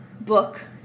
book